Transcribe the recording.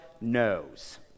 knows